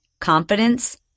confidence